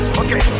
okay